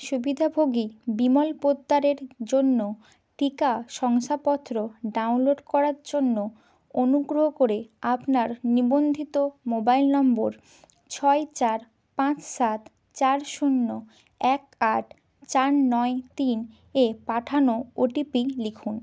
সুবিধাভোগী বিমল পোদ্দারের জন্য টিকা শংসাপত্র ডাউনলোড করার জন্য অনুগ্রহ করে আপনার নিবন্ধিত মোবাইল নম্বর ছয় চার পাঁচ সাত চার শূন্য এক আট চার নয় তিন এ পাঠানো ওটিপি লিখুন